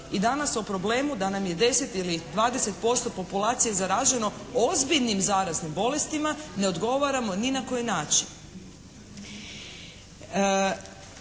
I danas o problemu da nam je 10% ili 20% populacije zaraženo ozbiljnim zaraznim bolestima ne odgovaramo ni na koji način.